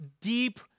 deep